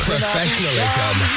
Professionalism